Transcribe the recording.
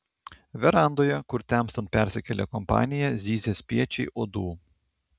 verandoje kur temstant persikėlė kompanija zyzė spiečiai uodų